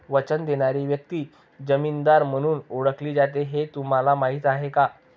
वचन देणारी व्यक्ती जामीनदार म्हणून ओळखली जाते हे तुम्हाला माहीत आहे का?